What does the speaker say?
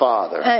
Father